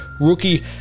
rookie